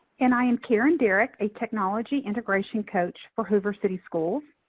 and i am karen darroch, a technology integration coach for hoover city schools.